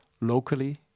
locally